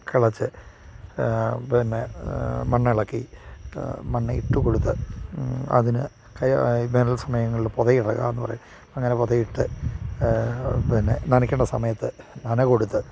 കിളച്ചു പിന്നെ മണ്ണ് ഇളക്കി മണ്ണ് ഇട്ടു കൊടുത്ത് അതിന് വേനൽ സമയങ്ങളിൽ പൊത ഇടുക എന്നു പറയും അങ്ങനെ പൊതയിട്ട് പിന്നെ നനക്കേണ്ട സമയത്ത് നന കൊടുത്ത്